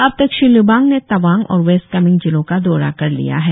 अब तक श्री लिबांग ने तावांग और वेस्ट कामेंग जिलो का दौरा कर लिया है